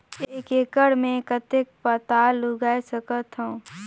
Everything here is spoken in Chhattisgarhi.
एक एकड़ मे कतेक पताल उगाय सकथव?